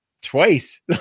Twice